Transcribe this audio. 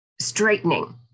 straightening